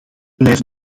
blijft